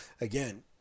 again